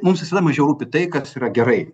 mums vis mažiau rūpi tai kas yra gerai